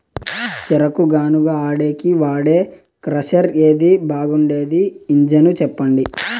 చెరుకు గానుగ ఆడేకి వాడే క్రషర్ ఏది బాగుండేది ఇంజను చెప్పండి?